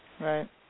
Right